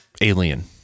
alien